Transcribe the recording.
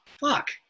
fuck